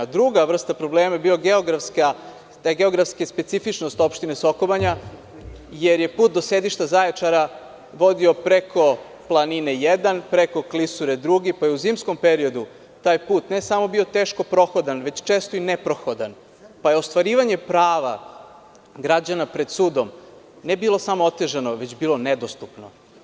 Druga vrsta problema su te geografske specifičnosti opštine Soko Banja, jer je put do sedišta Zaječara vodio preko planine jedan, preko klisure drugi, pa je u zimskom periodu taj put ne samo bio teško prohodan, već često i neprohodan pa ostvarivanje prava građana pred sudom nije bilo samo otežano, već je bilo nedostupno.